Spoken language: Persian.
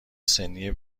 سنی